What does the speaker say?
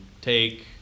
take